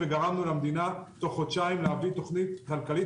וגרמנו למדינה תוך חודשיים להביא תוכנית כלכלית,